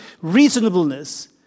reasonableness